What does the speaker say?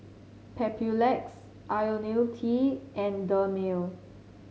papulex IoniL T and Dermale